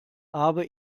habe